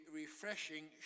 refreshing